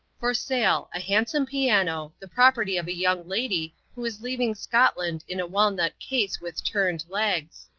for sale, a handsome piano, the property of a young lady who is leaving scotland in a walnut case with turned legs.